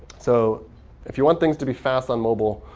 so if you want things to be fast on mobile,